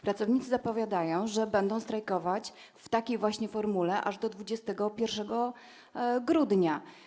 Pracownicy zapowiadają, że będą strajkować w takiej właśnie formule aż do 21 grudnia.